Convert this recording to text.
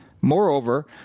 Moreover